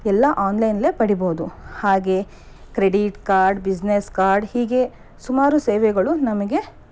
ಎಲ್ಲ ಆನ್ಲೈನಲ್ಲೇ ಪಡೀಬೌದು ಹಾಗೆ ಕ್ರೆಡಿಟ್ ಕಾರ್ಡ್ ಬಿಸ್ನೆಸ್ ಕಾರ್ಡ್ ಹೀಗೆ ಸುಮಾರು ಸೇವೆಗಳು ನಮಗೆ